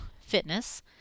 fitness